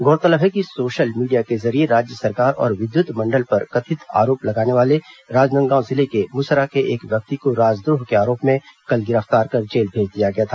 गौरतलब है कि सोशल मीडिया के जरिये राज्य सरकार और विद्युत मंडल पर कथित आरोप लगाने वाले राजनांदगांव जिले के मुसरा के एक व्यक्ति को राजद्रोह के आरोप में कल गिरफ्तार कर जेल भेज दिया गया था